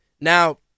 now